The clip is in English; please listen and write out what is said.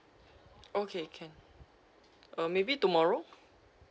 okay can uh maybe tomorrow